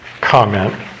comment